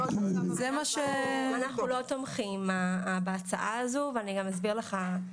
--- אנחנו לא תומכים בהצעה הזו ואני גם אסביר לך למה.